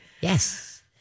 Yes